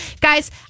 Guys